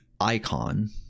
icon